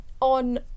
On